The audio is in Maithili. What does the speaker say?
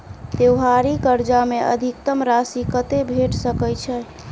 त्योहारी कर्जा मे अधिकतम राशि कत्ते भेट सकय छई?